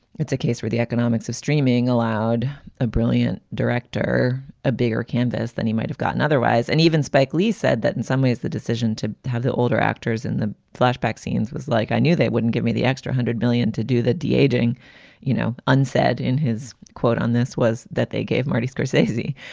it's a case where the economics of streaming allowed a brilliant director a bigger canvas than he might have gotten otherwise. and even spike lee said that in some ways, the decision to have the older actors in the flashback scenes was like, i knew they wouldn't give me the extra hundred billion to do the dating. you know, unsaid in his quote on this was that they gave marty scorsese.